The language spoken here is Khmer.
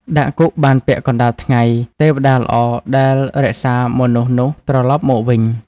ដាក់គុកបានពាក់កណ្តាលថ្ងៃ ទេវតាល្អដែលរក្សាមនុស្សនោះត្រឡប់មកវិញ ។